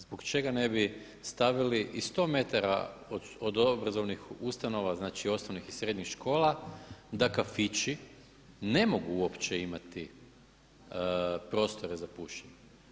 Zbog čega ne bi stavili i 100 metara od obrazovnih ustanova, znači osnovnih i srednjih škola da kafići ne mogu uopće imati prostore za pušenje?